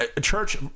Church